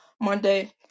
Monday